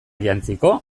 jantziko